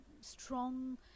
strong